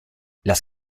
las